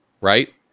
Right